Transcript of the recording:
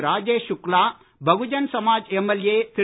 Rajesh Shukla Bahujan Samaj MLA Thiru